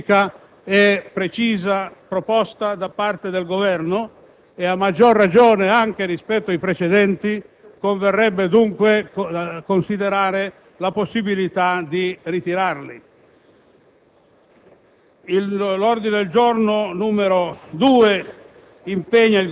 saranno anch'essi oggetto, io credo, di una specifica e precisa proposta da parte del Governo e dunque, a maggior ragione, anche rispetto ai precedenti, converrebbe considerare la possibilità di ritirarli.